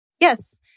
Yes